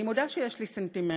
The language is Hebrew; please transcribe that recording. אני מודה שיש לי סנטימנט.